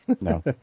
no